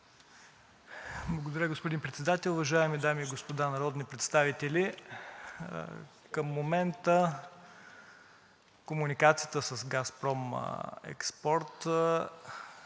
Благодаря, господин Председател. Уважаеми дами и господа народни представители! Към момента комуникацията с „Газпром Експорт“ е, мога